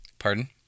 Pardon